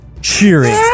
cheering